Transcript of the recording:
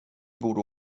borde